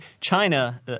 China